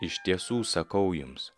iš tiesų sakau jums